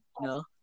No